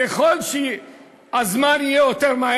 ככל שהזמן יהיה קצר יותר,